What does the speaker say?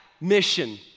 mission